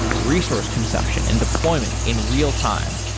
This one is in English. resource consumption and deployment in real time.